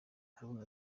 haruna